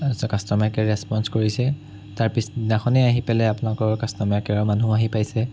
তাৰ পিছত কাষ্ট'মাৰ কেয়াৰে ৰেছপঞ্চ কৰিছে তাৰ পিছদিনাখনেই আহি পেলাই আপোনালোকৰ কাষ্ট'মাৰ কেয়াৰৰ মানুহো আহি পাইছে